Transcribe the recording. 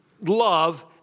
love